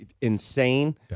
insane